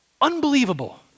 Unbelievable